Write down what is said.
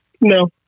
No